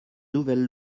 nouvelle